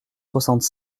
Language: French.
soixante